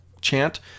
chant